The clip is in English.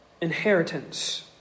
inheritance